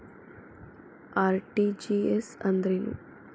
RTGS ಅಂದ್ರೇನು?